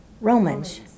Romans